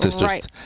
right